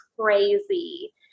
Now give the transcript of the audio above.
Crazy